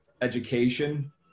education